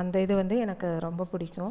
அந்த இது வந்து எனக்கு ரொம்ப பிடிக்கும்